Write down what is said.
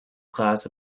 class